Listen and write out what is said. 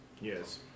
yes